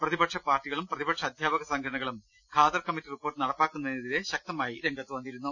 പ്രതിപക്ഷ പാർട്ടികളും പ്രതിപക്ഷ അധ്യാപക സംഘടനകളും ഖാദർ കമ്മറ്റി റിപ്പോർട്ട് നടപ്പാക്കുന്നതിനെതിരെ ശക്തമായി രംഗത്ത് വന്നിരുന്നു